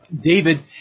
David